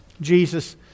Jesus